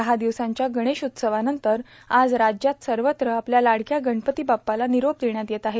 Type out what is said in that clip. दहा दिवसांच्या गणेश उत्सवानंतर आज राज्यात सर्वत्र आपल्या लाडक्या गणपती बाप्पाला निरोप देण्यात येत आहे